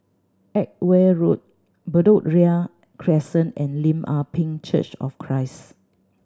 Edgware Road Bedok Ria Crescent and Lim Ah Pin Church of Christ